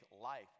Life